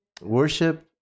worship